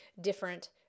different